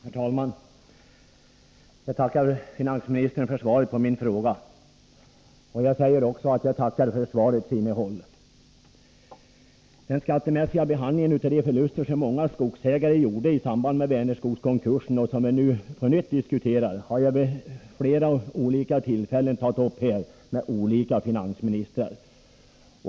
Herr talman! Jag tackar finansministern för svaret på min fråga. Jag tackar också för svarets innehåll. Den skattemässiga behandlingen av de förluster som många skogsägare gjorde i samband med Vänerskogskonkursen och som vi nu på nytt diskuterar har jag vid flera tidigare tillfällen tagit upp med olika finansministrar.